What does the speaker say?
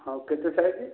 ହଉ କେତେ ସାଇଜ୍